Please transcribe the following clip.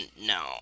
No